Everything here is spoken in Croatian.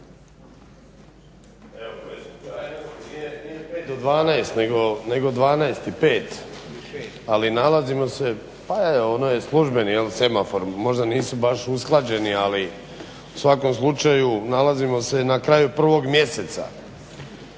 Nije pet do 12 nego 12 i 5, ali nalazimo se, pa je ono je službeni semafor. Možda nisu baš usklađeni ali u svakom slučaju nalazimo se na kraju prvog mjeseca